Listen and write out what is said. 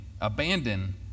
abandon